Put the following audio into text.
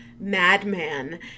madman